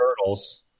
turtles